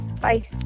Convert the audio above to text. Bye